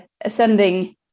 Ascending